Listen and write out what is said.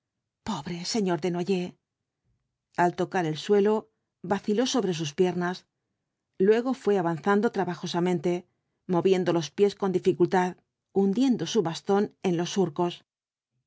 pobre señor desnoyers al tocar el suelo vaciló sobre sus piernas luego fué avanzando trabajosamente moviendo los pies con dificultad hundiendo su bastón en los surcos